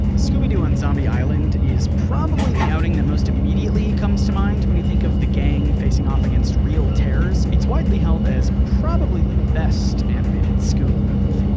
scooby-doo on zombie island is probably the outing that most immediately comes to mind when you think of the gang facing off against real terrors. it's widely held as probably the best animated scoob-move,